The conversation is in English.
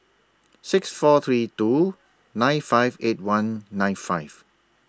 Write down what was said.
six four three two nine five eight one nine five